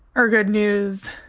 or good news